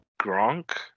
Gronk